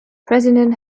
president